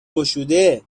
گشوده